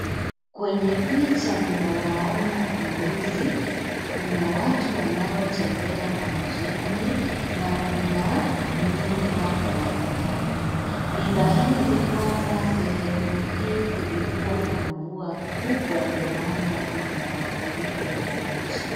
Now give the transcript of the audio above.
Kwenye picha ninawaona mbuzi, kuna watu wanao tembea majini na kuna nyuma mbalimbali. Ni dhahiri kwamba sehemu hii kulikuwa na mvua kubwa ndo maana kuna mafuriko ya maji.